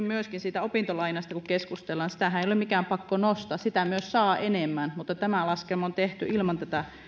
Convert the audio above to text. myöskin siitä opintolainasta kun keskustellaan niin sitähän ei ole mikään pakko nostaa myös sitä saa enemmän mutta tämä laskelma on tehty ilman tätä